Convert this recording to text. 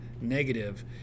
negative